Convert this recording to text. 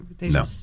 No